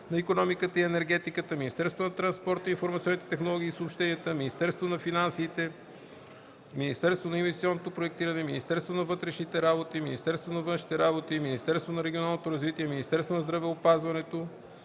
на икономиката и енергетиката, Министерството на транспорта, информационните технологии и съобщенията, Министерството на финансите, Министерството на инвестиционното проектиране, Министерството на вътрешните работи, Министерството на външните работи, Министерството на регионалното развитие, Министерството на здравеопазването,